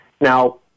Now